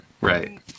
right